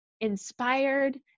Inspired